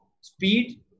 speed